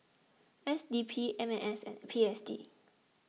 S D P M M S and P S D